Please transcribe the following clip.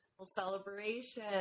Celebration